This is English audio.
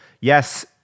Yes